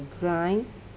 grind